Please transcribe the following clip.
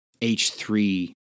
H3